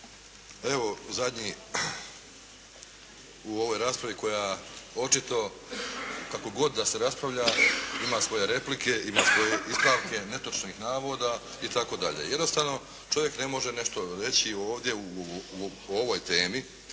Evo, zadnji u ovoj raspravi koja očito, kako god da se raspravlja ima svoje replike, ima svoje ispravke netočnih navoda itd. Jednostavno čovjek ne može nešto reći ovdje o ovoj,